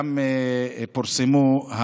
גם פורסמו,